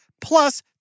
plus